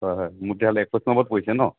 হয় হয় মোৰ তেতিয়া হ'লে একৈছ নম্বৰত পৰিছে ন